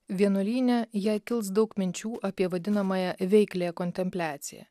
vienuolyne jai kils daug minčių apie vadinamąją veikliąją kontempliaciją